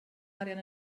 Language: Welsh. arian